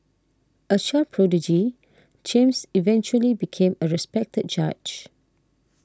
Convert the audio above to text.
a child prodigy James eventually became a respected judge